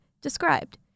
described